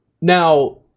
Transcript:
Now